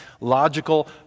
logical